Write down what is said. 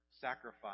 sacrifice